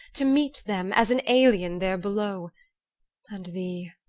to meet them as an alien there below and thee,